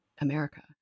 america